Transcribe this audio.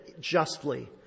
justly